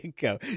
go